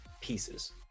pieces